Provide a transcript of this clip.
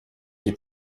des